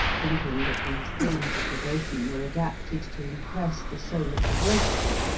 thinking that these forms of devotion were adapted to impress the soul of the worshiper,